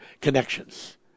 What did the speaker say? connections